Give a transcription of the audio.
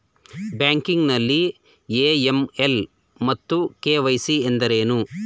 Banking ನಲ್ಲಿ AML ಮತ್ತು KYC ಎಂದರೇನು?